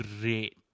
great